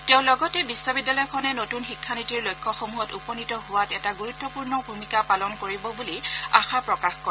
তেওঁ লগতে বিশ্ববিদ্যালয়খনে নতুন শিক্ষানীতিৰ লক্ষ্যসমূহত উপনীত হোৱাত এটা গুৰুত্বপূৰ্ণ ভূমিকা পালন কৰিব বুলি আশা প্ৰকাশ কৰে